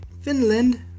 Finland